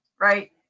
right